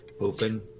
open